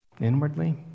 Inwardly